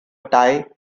tie